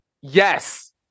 Yes